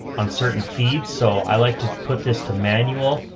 uncertain feeds. so i like to put this to manual.